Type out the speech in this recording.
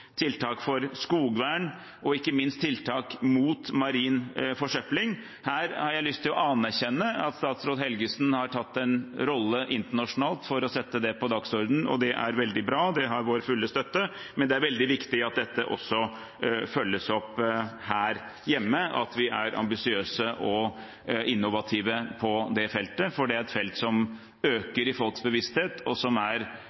tiltak for skogvern og ikke minst tiltak mot marin forsøpling. Her har jeg lyst til å anerkjenne at statsråd Helgesen har tatt en rolle internasjonalt for å sette det på dagsordenen, og det er veldig bra og har vår fulle støtte. Men det er veldig viktig at dette også følges opp her hjemme, og at vi er ambisiøse og innovative på det feltet, for det er et felt som